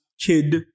kid